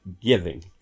giving